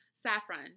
Saffron